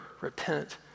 repent